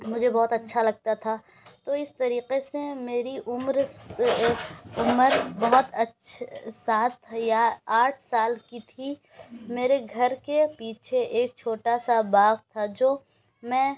مجھے بہت اچھا لگتا تھا تو اس طریقے سے میری عمر عمر بہت سات یا آٹھ سال کی تھی میرے گھر کے پیچھے ایک چھوٹا سا باغ تھا جو میں